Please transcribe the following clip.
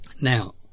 Now